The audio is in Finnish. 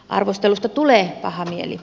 arvostelusta tulee paha mieli